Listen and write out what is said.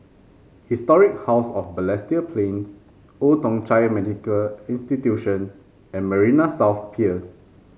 Historic House of Balestier Plains Old Thong Chai Medical Institution and Marina South Pier